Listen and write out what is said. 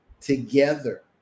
together